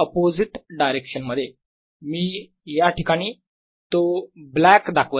opposite direction मध्ये मी या ठिकाणी तो ब्लॅक दाखवत आहे